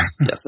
Yes